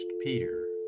Peter